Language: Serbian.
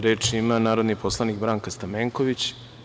Reč ima narodni poslanik Branka Stamenković.